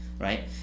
Right